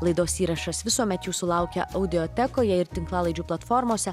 laidos įrašas visuomet jūsų laukia audiotekoje ir tinklalaidžių platformose